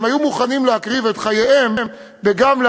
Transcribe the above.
הם היו מוכנים להקריב את חייהם בגמלא,